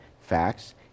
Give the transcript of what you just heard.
facts